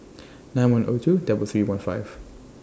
nine one O two double three one five